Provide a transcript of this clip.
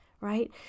right